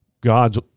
God's